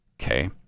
Okay